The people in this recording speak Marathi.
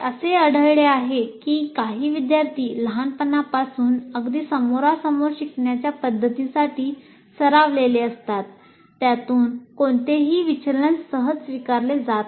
असे आढळले आहे की काही विद्यार्थी लहानपणापासून अगदी समोरासमोर शिकवण्याच्या पद्धतीसाठी सरावलेले असतात त्यातून कोणतेही विचलन सहज स्वीकारले जात नाही